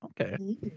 Okay